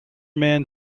man